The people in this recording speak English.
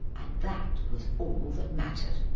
and that was all that mattered.